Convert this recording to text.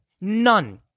None